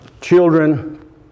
children